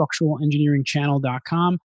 structuralengineeringchannel.com